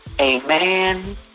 Amen